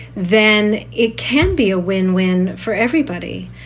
then it can be a win win for everybody.